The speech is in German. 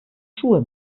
schuhe